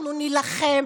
אנחנו נילחם.